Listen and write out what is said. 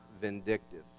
vindictive